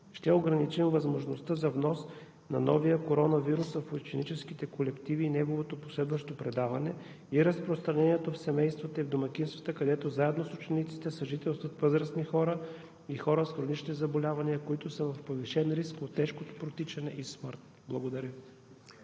ще ограничим възможността за внос на новия коронавирус в ученическите колективи и неговото последващо предаване и разпространението в семействата и в домакинствата, където заедно с учениците съжителстват възрастни хора и хора с хронични заболявания, които са в повишен риск от тежко протичане и смърт. Благодаря.